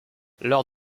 lors